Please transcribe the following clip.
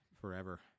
forever